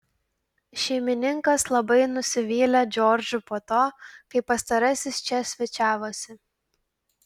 šeimininkas labai nusivylė džordžu po to kai pastarasis čia svečiavosi